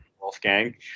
wolfgang